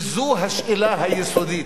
וזו השאלה היסודית.